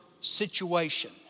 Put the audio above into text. situation